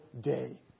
day